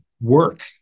work